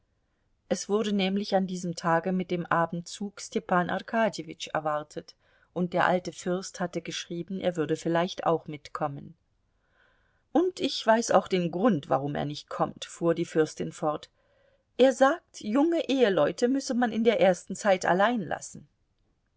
es wurde nämlich an diesem tage mit dem abendzug stepan arkadjewitsch erwartet und der alte fürst hatte geschrieben er würde vielleicht auch mitkommen und ich weiß auch den grund warum er nicht kommt fuhr die fürstin fort er sagt junge eheleute müsse man in der ersten zeit allein lassen